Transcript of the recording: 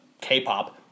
K-pop